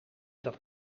dat